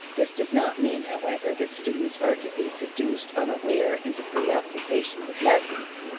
this does not mean, however, that students are to be seduced unaware into preoccupation with lessons.